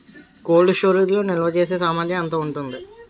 Cold storage లో నిల్వచేసేసామర్థ్యం ఎంత ఉంటుంది?